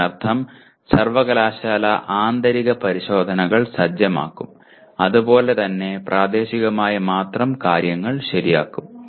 ഇതിനർത്ഥം സർവകലാശാല ആന്തരിക പരിശോധനകൾ സജ്ജമാക്കും അതുപോലെ തന്നെ പ്രാദേശികമായി മാത്രം കാര്യങ്ങൾ ശരിയാക്കും